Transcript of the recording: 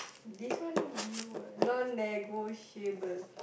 this one you non-negotiable